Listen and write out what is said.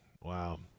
Wow